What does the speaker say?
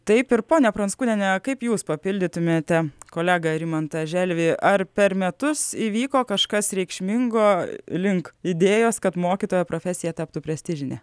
taip ir pone pranckūniene kaip jūs papildytumėte kolegą rimantą želvį ar per metus įvyko kažkas reikšmingo link idėjos kad mokytojo profesija taptų prestižine